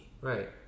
right